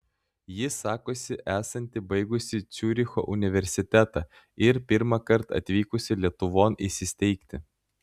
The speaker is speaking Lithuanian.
ji sakosi esanti baigusi ciuricho universitetą ir pirmąkart atvykusi lietuvon įsisteigti